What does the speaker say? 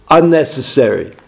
unnecessary